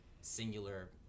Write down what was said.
singular